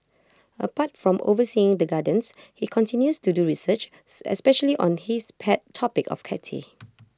apart from overseeing the gardens he continues to do research especially on his pet topic of cacti